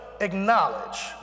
acknowledge